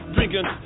Drinking